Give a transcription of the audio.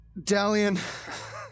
Dalian